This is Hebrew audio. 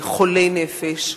חולי נפש,